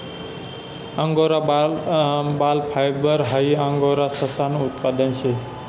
angora बाल fibre हाई angora ससानं उत्पादन शे